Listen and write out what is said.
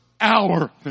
hour